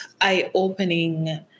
eye-opening